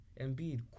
Embiid